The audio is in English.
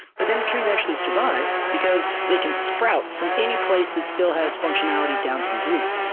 but then the trees actually survive, because they can sprout from any place that still has functionality down to the roots.